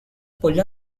pull